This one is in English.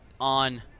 on